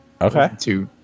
Okay